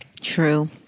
True